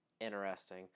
interesting